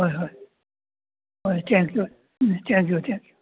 ꯍꯣꯏ ꯍꯣꯏ ꯍꯣꯏ thank you um thank you thank U